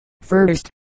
first